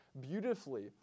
beautifully